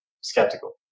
skeptical